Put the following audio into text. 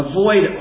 Avoid